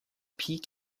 peak